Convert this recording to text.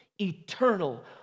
eternal